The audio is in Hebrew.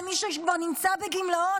למי שכבר נמצא בגמלאות?